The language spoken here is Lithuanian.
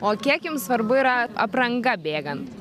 o kiek jums svarbu yra apranga bėgant